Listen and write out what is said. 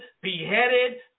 beheaded